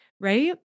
right